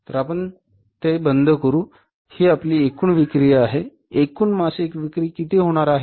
तर आपण ते बंद करू ही आपली एकूण विक्री आहे एकूण मासिक विक्री किती होणार आहे